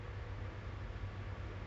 how the project going you know